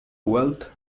wealth